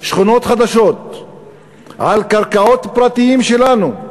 שכונות חדשות על קרקעות פרטיות שלנו,